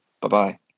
bye-bye